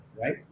right